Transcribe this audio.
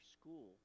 school